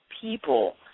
people